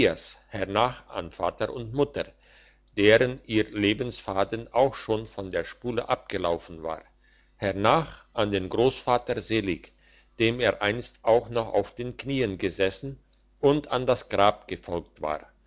hernach an vater und mutter deren ihr lebensfaden auch schon von der spule abgelaufen war hernach an den grossvater selig dem er einst auch noch auf den knieen gesessen und an das grab gefolgt war